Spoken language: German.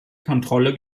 kontrolle